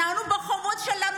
אנחנו שותפים בחובות שלנו,